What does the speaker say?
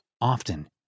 Often